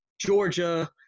Georgia